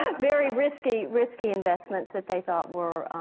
ah very risky, risky investments that they thought were,